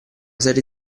serie